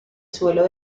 suelo